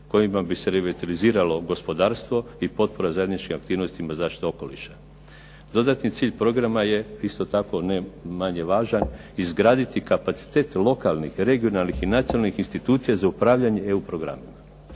kojima bi se revitaliziralo gospodarstvo i potpora zajedničkim aktivnostima zaštite okoliša. Dodatni cilj programa je isto tako ne manje važan izgraditi kapacitet lokalnih, regionalnih i nacionalnih institucija za upravljanje EU programima